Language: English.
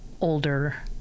older